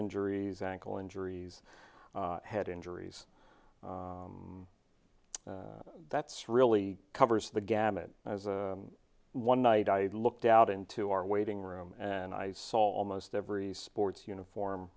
injuries ankle injuries head injuries that's really covers the gamut one night i looked out into our waiting room and i saw almost every sports uniform